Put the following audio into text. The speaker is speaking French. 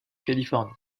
californie